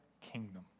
kingdom